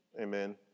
Amen